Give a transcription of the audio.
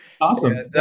Awesome